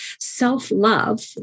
self-love